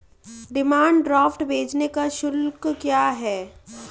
Demand draft भेजने का शुल्क क्या है?